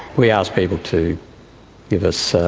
we ask people to give us